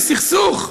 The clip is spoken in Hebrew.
יש סכסוך,